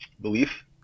belief